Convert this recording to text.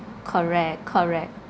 correct correct